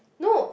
no